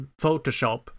photoshop